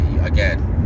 Again